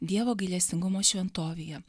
dievo gailestingumo šventovėje